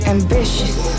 Ambitious